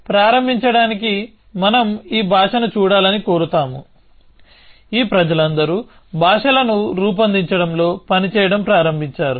దీనితో ప్రారంభించడానికి మనం ఈ భాషను చూడాలని కోరతాము ఈ ప్రజలందరూ భాషలను రూపొందించడంలో పని చేయడం ప్రారంభించారు